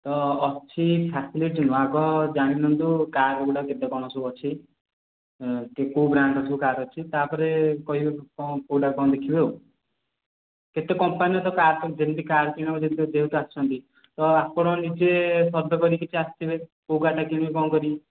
ତ ଅଛି ଫାସିଲିଟି ନୁହଁ ଆଗ ଜାଣି ନିଅନ୍ତୁ କାର୍ ଗୁଡ଼ା କେତେ କ'ଣ ସବୁ ଅଛି ହଁ କେଉଁ ବ୍ରାଣ୍ଡ୍ର ସବୁ କାର୍ ଅଛି ତା'ପରେ କହିବେ କଁ କେଉଁଟା କଣ ଦେଖିବେ ଆଉ କେତେ କମ୍ପାନୀର ତ କାର୍ ଯେମିତି କିଣିଆକୁ ଯେମିତି ଯେଉଁଠୁ ଆସିଛନ୍ତି ତ ଆପଣ ନିଜେ ସର୍ଭେ କରି କିଛି ଆସିଥିବେ କେଉଁ କାର୍ଟା କିଣିବି କ'ଣ କରିବି